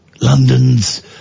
London's